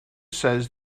says